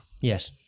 yes